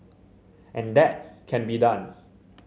and that can be done